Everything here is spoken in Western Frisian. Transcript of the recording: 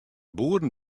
boeren